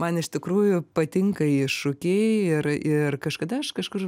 man iš tikrųjų patinka iššūkiai ir ir kažkada aš kažkur